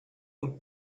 und